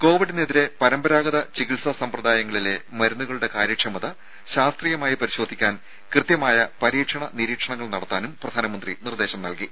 കോവിഡിനെതിരെ പരമ്പരാഗത ചികിത്സാ സമ്പ്രദായങ്ങളിലെ മരുന്നുകളുടെ കാര്യക്ഷമത ശാസ്ത്രീയമായി പരിശോധിക്കാൻ കൃത്യമായ പ പരീക്ഷണ നിരീക്ഷണങ്ങൾ നടത്താനും പ്രധാനമന്ത്രി നിർദേശിച്ചു